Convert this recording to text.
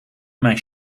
mijn